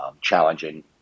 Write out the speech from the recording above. challenging